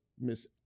Miss